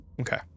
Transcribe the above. Okay